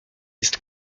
jest